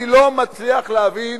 אני לא מצליח להבין